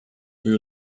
twój